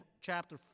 chapter